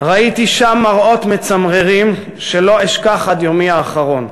"ראיתי שם מראות מצמררים שלא אשכח עד יומי האחרון.